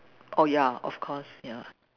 oh ya of course ya